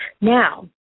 Now